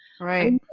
Right